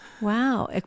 Wow